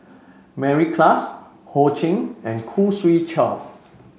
Mary Klass Ho Ching and Khoo Swee Chiow